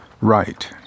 right